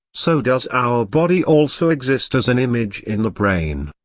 so does our body also exist as an image in the brain.